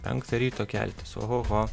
penktą ryto keltis ohoho